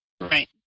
Right